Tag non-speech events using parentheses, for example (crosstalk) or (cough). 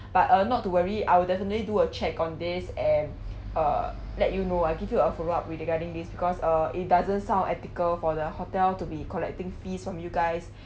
(breath) but uh not to worry I will definitely do a check on this and uh let you know I'll give you a follow up with regarding this because uh it doesn't sound ethical for the hotel to be collecting fees from you guys